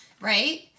right